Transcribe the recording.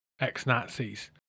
ex-Nazis